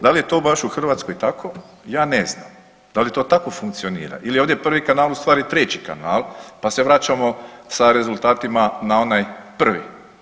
Da li je to baš u Hrvatskoj tako ja ne znam, da li to tako funkcionira ili je ovdje prvi kanal u stvari treći kanal pa se vraćamo sa rezultatima na onaj prvi.